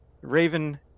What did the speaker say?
Raven